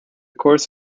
course